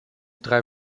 drei